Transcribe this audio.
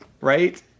right